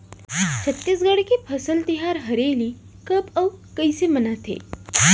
छत्तीसगढ़ के फसल तिहार हरेली कब अउ कइसे मनाथे?